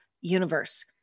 universe